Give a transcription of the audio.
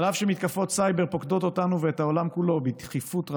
אף שמתקפות סייבר פוקדות אותנו ואת העולם כולו בתכיפות רבה,